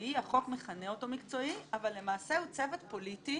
מקצועי החוק מכנה אותו מקצועי אבל למעשה הוא צוות פוליטי